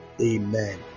amen